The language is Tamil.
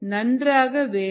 நன்றாக வேலையும் செய்யும்